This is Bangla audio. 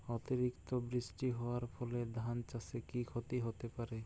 অতিরিক্ত বৃষ্টি হওয়ার ফলে ধান চাষে কি ক্ষতি হতে পারে?